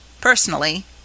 Personally